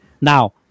Now